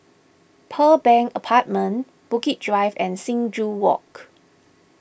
Pearl Bank Apartment Bukit Drive and Sing Joo Walk